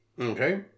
Okay